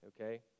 Okay